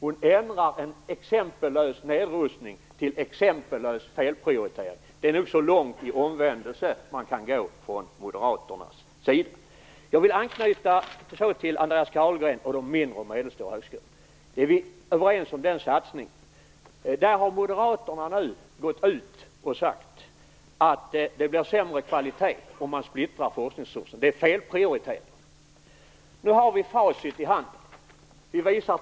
Hon ändrar "exempellös nedrustning" till "exempellös felprioritering". Det är nog så långt i omvändelse man kan gå från moderaternas sida. Jag vill anknyta till Andreas Carlgren och de mindre och medelstora högskolorna. Vi är överens om den satsningen. Moderaterna har gått ut och sagt att det blir sämre kvalitet om man splittrar forskningsresurserna och att detta är felprioriteringar. Nu har vi facit i hand.